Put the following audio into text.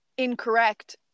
incorrect